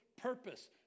purpose